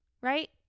right